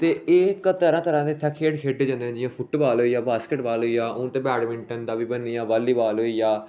ते एह् इक तरह् तरह् दे इत्थै खेढ खेढे जंदे न जि'यां फुटबाल होई गेआ बास्कट बाल होई गेआ हून ते बैडमिंटन दा बी बनी गेआ बालीबाल होई गेआ